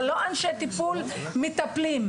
אבל לא אנשי טיפול שהם מטפלים.